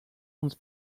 uns